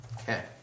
Okay